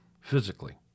physically